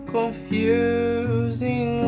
Confusing